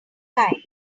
time